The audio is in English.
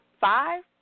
five